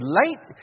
late